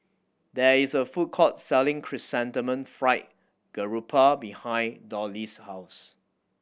there is a food court selling Chrysanthemum Fried Garoupa behind Dollie's house